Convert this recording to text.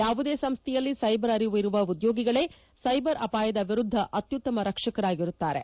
ಯಾವುದೇ ಸಂಸ್ಥೆಯಲ್ಲಿ ಸೈಬರ್ ಅರಿವು ಇರುವ ಉದ್ಯೋಗಿಗಳೇ ಸೈಬರ್ ಅಪಾಯದ ವಿರುದ್ಧ ಅತ್ತುತ್ತಮ ರಕ್ಷಕರಾಗಿರುತ್ತಾರೆ